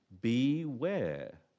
Beware